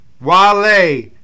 Wale